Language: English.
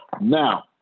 Now